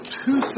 two